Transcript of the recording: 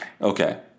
Okay